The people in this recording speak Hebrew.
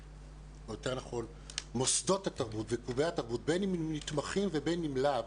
בין אם הם נתמכים ובין אם לאו,